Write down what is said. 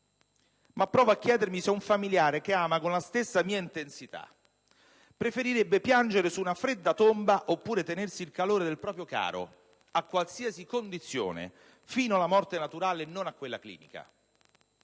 ma provo a chiedermi se un familiare che ama con la stessa mia intensità preferirebbe piangere su una fredda tomba oppure tenersi il calore del proprio caro, a qualsiasi condizione, fino alla morte naturale e non a quella clinica.